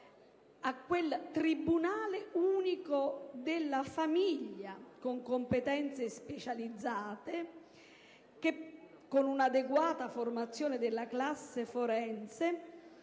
a quel tribunale unico della famiglia - con competenze specializzate e con un'adeguata formazione della classe forense